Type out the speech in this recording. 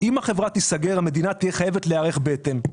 אם החברה תיסגר, המדינה תהיה חייבת להיערך בהתאם.